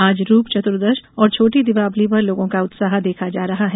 आज रूप चौदस और छोटी दीपावली पर लोगों का उत्साह देखा जा रहा है